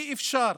אי-אפשר.